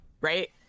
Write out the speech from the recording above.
right